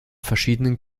verschiedenen